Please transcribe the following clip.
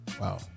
wow